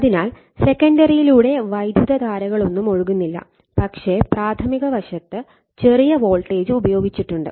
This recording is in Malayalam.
അതിനാൽ സെക്കൻഡറിയിലൂടെ വൈദ്യുതധാരകളൊന്നും ഒഴുകുന്നില്ല പക്ഷേ പ്രാഥമിക വശത്ത് ചെറിയ വോൾട്ടേജ് പ്രയോഗിച്ചിട്ടുണ്ട്